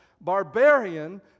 barbarian